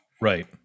Right